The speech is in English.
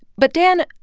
but, dan,